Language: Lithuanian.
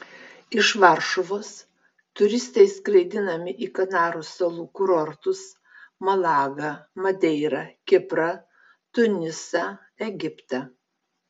iš varšuvos turistai skraidinami į kanarų salų kurortus malagą madeirą kiprą tunisą egiptą